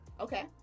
Okay